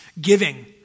Giving